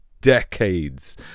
decades